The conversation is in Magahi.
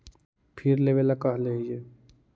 फिर लेवेला कहले हियै?